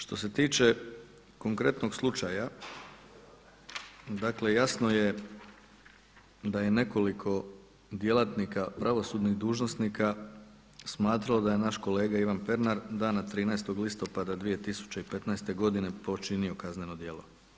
Što se tiče konkretnog slučaja, dakle jasno je da je nekoliko djelatnika pravosudnih dužnosnika smatrao da je naš kolega Ivan Pernar dana 13. listopada 2015. počinio kazneno djelo.